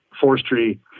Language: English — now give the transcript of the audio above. forestry